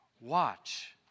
Watch